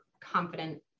confident